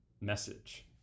message